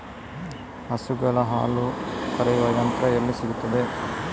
ಹಸುಗಳ ಹಾಲು ಕರೆಯುವ ಯಂತ್ರ ಎಲ್ಲಿ ಸಿಗುತ್ತದೆ?